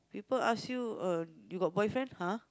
people ask you uh you got boyfriend !huh!